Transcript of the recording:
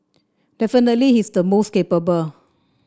definitely he's the most capable